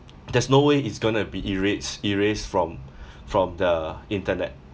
there's no way it's gonna be erased erased from from the internet